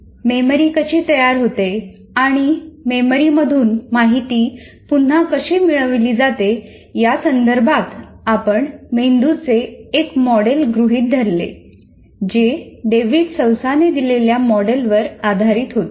memory कशी तयार होते आणि मेमरी मधून माहिती पुन्हा कशी मिळवली जाते या संदर्भात आपण मेंदूचे एक मॉडेल गृहित धरले जे डेव्हिड सौसाने दिलेल्या मॉडेल वर आधारित होते